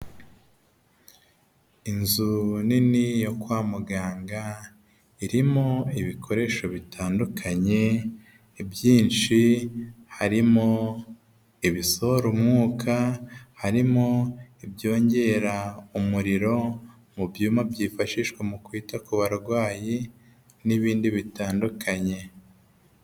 Inzu nini yo kwa muganga irimo ibikoresho bitandukanye byinshi, harimo ibisohora umwuka, harimo ibyongera umuriro mu byuma byifashishwa mu kwita ku barwayi n'ibindi bitandukanye.